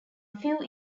few